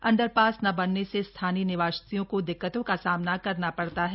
underpass न बनने से स्थानीय निवासियों को दिक्कतों का सामना करना पड़ता है